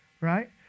right